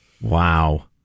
Wow